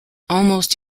almost